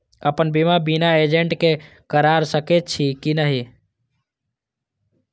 अपन बीमा बिना एजेंट के करार सकेछी कि नहिं?